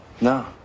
No